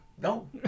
No